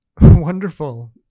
Wonderful